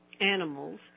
animals